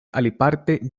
aliparte